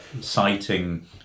citing